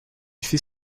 fait